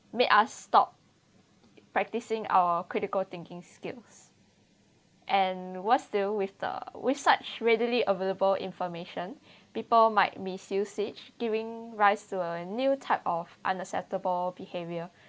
made us stop practising our critical thinking skills and worse still with the with such readily available information people might misuse each giving rise to a new type of unacceptable behaviour